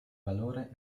valore